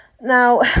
Now